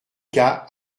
cas